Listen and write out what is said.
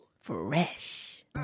Fresh